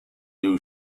new